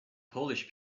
polish